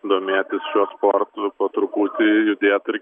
domėtis šiuo sportu po truputį judėt ir